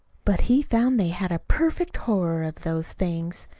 but he found they had a perfect horror of those things.